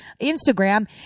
Instagram